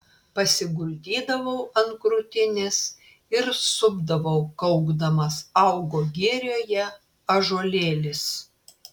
pasiguldydavau ant krūtinės ir supdavau kaukdamas augo girioje ąžuolėlis